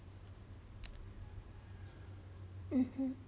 mmhmm